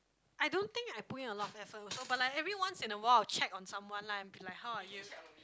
I don't think I put in a lot of effort also but like having once in a while check on someone lah like how are you